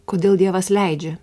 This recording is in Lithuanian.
kodėl dievas leidžia